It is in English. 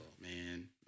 man